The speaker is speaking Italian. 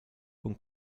con